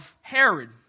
Herod